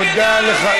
תודה לך.